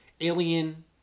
alien